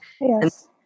Yes